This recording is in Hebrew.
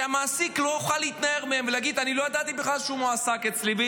שהמעסיק לא יוכל להתנער מהם ולהגיד: לא ידעתי בכלל שהוא מועסק אצלי.